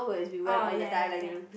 orh ya ya ya